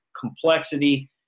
complexity